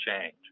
change